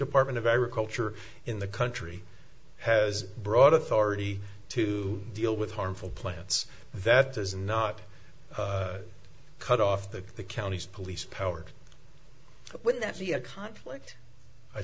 department of agriculture in the country has brought authority to deal with harmful plants that does not cut off the county's police power would that be a conflict i